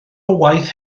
waith